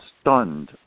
stunned